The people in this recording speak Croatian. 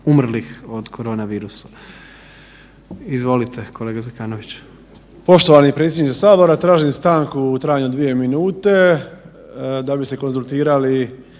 umrlih od koronavirusa. Izvolite kolega Zekanović. **Zekanović, Hrvoje (HRAST)** Poštovani predsjedniče sabora, tražim stanku u trajanju od dvije minute da bi se konzultirali,